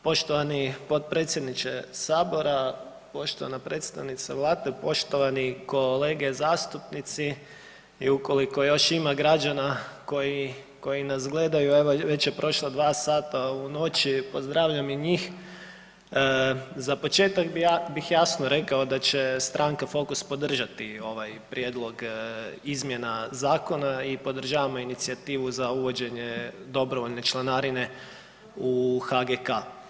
Poštovani potpredsjedniče sabora, poštovana predstavnica Vlade, poštovani kolege zastupnici i ukoliko još ima građana koji, koji nas gledaju evo već je prošlo 2 sata u noći, pozdravljam i njih, za početak bi ja, bih jasno rekao da će stranka Fokus podržati ovaj prijedlog izmjena zakona i podržavamo inicijativu za uvođenje dobrovoljne članarine u HGK.